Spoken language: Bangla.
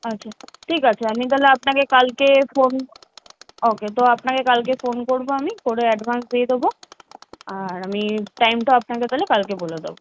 আচ্ছা ঠিক আছে আমি তাহলে আপনাকে কালকে ফোন ওকে তো আপনাকে কালকে ফোন করব আমি করে অ্যাডভান্স দিয়ে দেবো আর আমি টাইমটাও আপনাকে তাহলে কালকে বলে দেবো